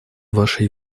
вашей